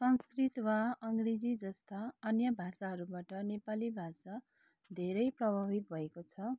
संस्कृत वा अङ्ग्रेजी जस्ता अन्य भाषाहरूबाट नेपाली भाषा धेरै प्रभावित भएको छ